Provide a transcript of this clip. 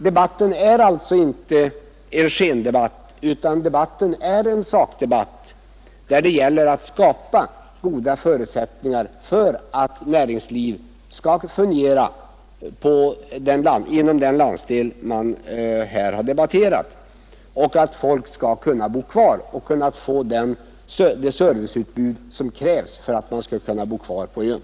Debatten är alltså inte en skendebatt utan en sakdebatt där det gäller att skapa goda förutsättningar för att näringslivet skall fungera inom den landsdel man här debatterar om och för att man skall få det serviceutbud som krävs för att folk skall kunna bo kvar på ön.